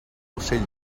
ocell